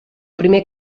primer